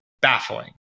baffling